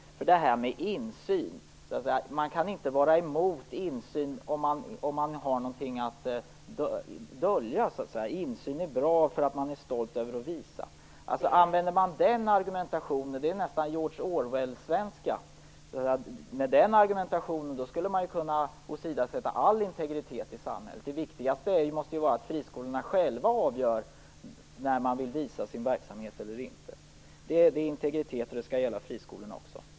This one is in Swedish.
Det gäller det här med insyn, det här med att man inte kan vara emot insyn om man inte har något dölja. Insyn skulle vara bra om man är stolt över att visa upp sig. Använder man den argumentationen så är det nästan George Orwell-svenska. Med den argumentationen skulle man ju kunna åsidosätta all integritet i samhället. Det riktiga måste ju vara att friskolorna själva avgör när de vill visa upp sin verksamhet. Det handlar om integritet, och det skall gälla friskolorna också.